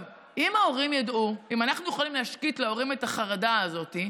אם אנחנו יכולים להשקיט להורים את החרדה הזאת,